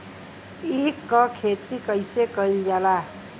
ईख क खेती कइसे कइल जाला?